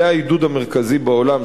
כלי העידוד המרכזי בעולם,